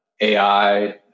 AI